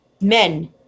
men